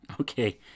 okay